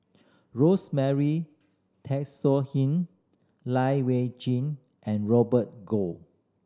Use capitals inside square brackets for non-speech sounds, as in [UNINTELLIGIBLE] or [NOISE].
Rosemary [UNINTELLIGIBLE] Lai Weijie and Robert Goh